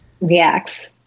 reacts